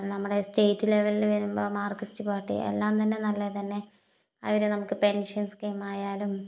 നമ്മുടെ സ്റ്റേറ്റ് ലെവലില് വരുമ്പോള് മാര്ക്സിസ്റ്റ് പാര്ട്ടി എല്ലാം തന്നെ നല്ലത് തന്നെ അവർ നമുക്ക് പെന്ഷന് സ്കീം ആയാലും